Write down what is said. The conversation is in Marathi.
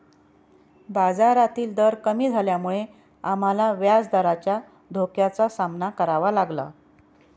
बाजारातील दर कमी झाल्यामुळे आम्हाला व्याजदराच्या धोक्याचा सामना करावा लागला